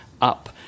up